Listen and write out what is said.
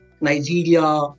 Nigeria